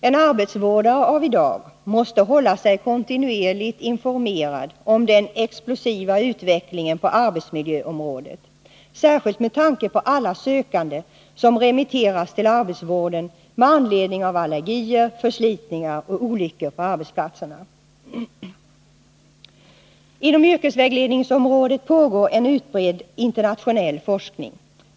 En arbetsvårdare av i dag måste hålla sig kontinuerligt informerad om den explosiva utvecklingen på arbetsmiljöområdet, särskilt med tanke på alla sökande som remitteras till arbetsvården med anledning av allergier, förslitningar och olyckor på arbetsplatserna. Inom yrkesvägledningsområdet pågår en utbredd internationell forskning.